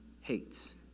hates